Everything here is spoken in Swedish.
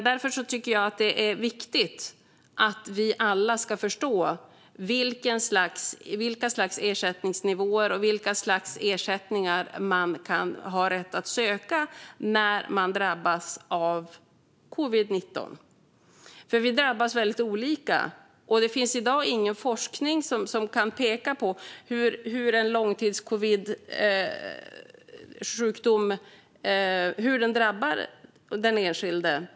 Därför tycker jag att det är viktigt att vi alla ska förstå vilket slags ersättningsnivåer det finns och vilket slags ersättningar man kan ha rätt att söka när man drabbas av covid-19. Vi drabbas väldigt olika, och det finns i dag ingen forskning som kan peka på hur en långtidscovidsjukdom drabbar den enskilde.